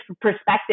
perspective